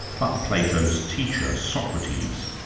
but plato's teacher, socrates,